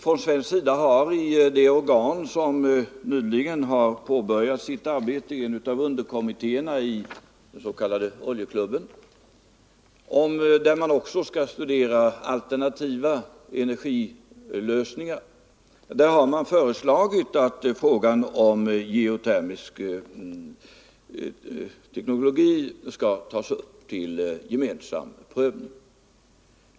Från svensk sida har föreslagits i en av underkommittéerna i den s.k. oljeklubben — ett organ som nyss påbörjat sitt arbete och som också skall studera alternativa energilösningar — att frågan om geotermisk teknologi skall tas upp till gemensam prövning.